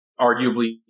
arguably